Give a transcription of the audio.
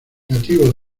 nativo